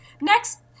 Next